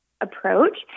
approach